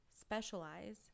specialize